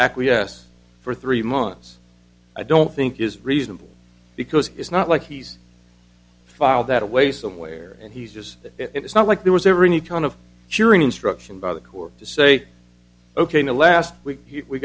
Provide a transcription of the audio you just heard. acquiesce for three months i don't think is reasonable because it's not like he's filed that away somewhere and he's just that it's not like there was ever any kind of cheering instruction by the court to say ok now last week we